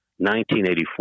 1984